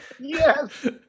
Yes